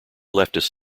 leftist